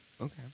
Okay